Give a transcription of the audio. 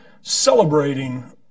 celebrating